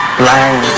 blind